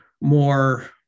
more